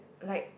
like